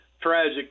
tragic